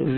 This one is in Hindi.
यह